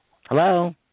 Hello